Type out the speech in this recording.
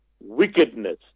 wickedness